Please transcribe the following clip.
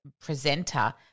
presenter